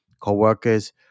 co-workers